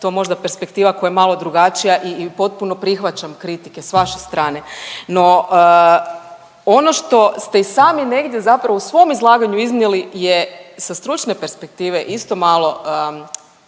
je to možda perspektiva koja je malo drugačija i potpuno prihvaćam kritike sa vaše strane. No, ono što ste i sami negdje zapravo u svom izlaganju iznijeli je sa stručne perspektive isto malo